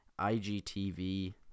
igtv